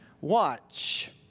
Watch